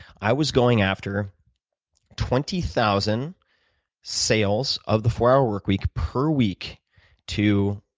i was going after twenty thousand sales of the four hour work week per week to,